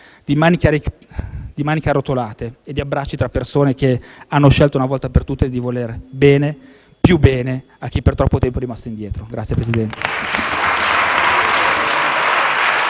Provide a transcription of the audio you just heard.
di maniche arrotolate e di abbracci tra persone che hanno scelto una volta per tutte di voler bene, più bene a chi per troppo tempo è rimasto indietro. *(Applausi